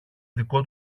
δικό